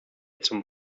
zum